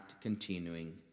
continuing